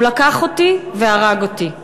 הוא לקח אותי והרג אותי";